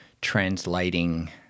translating